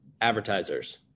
advertisers